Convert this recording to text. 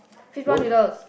fishball noodles